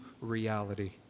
reality